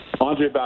Andre